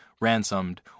ransomed